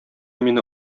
мине